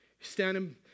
standing